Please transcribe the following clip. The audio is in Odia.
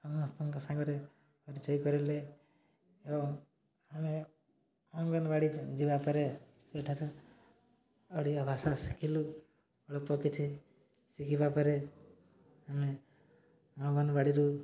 ସମସ୍ତଙ୍କ ସାଙ୍ଗରେ ପରିଚୟ କରିଲେ ଏବଂ ଆମେ ଅଙ୍ଗନବାଡ଼ି ଯିବା ପରେ ସେଠାରେ ଓଡ଼ିଆଭାଷା ଶିଖିଲୁ ଅଳ୍ପ କିଛି ଶିଖିବା ପରେ ଆମେ ଅଙ୍ଗନବାଡ଼ିରୁ